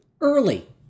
early